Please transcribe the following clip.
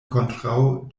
kontraŭ